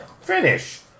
Finish